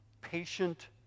Patient